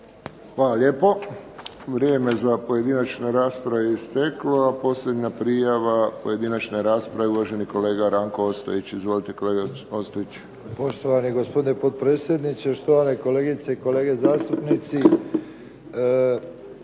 Hvala lijepo. Vrijeme za pojedinačnu raspravu je isteklo, a posljednja prijava pojedinačne rasprave uvaženi kolega Ranko Ostojić. Izvolite kolega Ostojić. **Ostojić, Ranko (SDP)** Poštovani gospodine potpredsjedniče, štovane kolegice i kolege zastupnici.